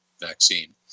vaccine